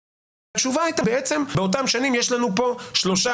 התשובה הייתה שבעצם באותן שנים יש לנו כאן שלושה